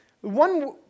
one